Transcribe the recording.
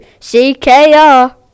Ckr